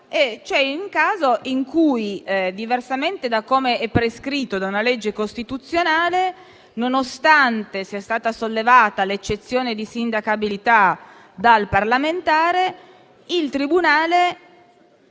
un caso nel quale, diversamente da com'è prescritto da una legge costituzionale, nonostante sia stata sollevata l'eccezione di sindacabilità dal parlamentare, il tribunale